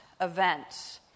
events